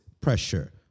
pressure